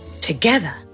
Together